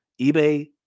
eBay